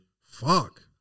Fuck